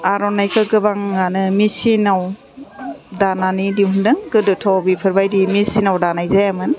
आर'नाइखौ गोबाङानो मेचिनाव दानानै दिहुनदों गोदोथ' बिफोरबायदि मिचिनाव दानाय जायामोन